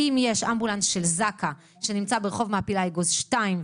אם יש אמבולנס של זק"א שנמצא ברחוב מעפילי האגוז 2,